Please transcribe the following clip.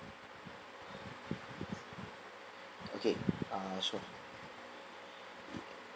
okay err so